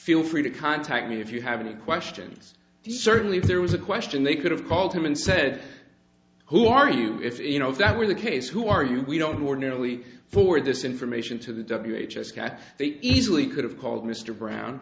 feel free to contact me if you have any questions certainly if there was a question they could have called him and said who are you if you know that were the case who are you we don't ordinarily forward this information to the w h s cat they easily could have called mr brown